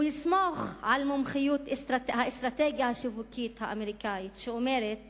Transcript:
הוא יסמוך על מומחיות האסטרטגיה השיווקית האמריקנית שאומרת